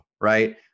Right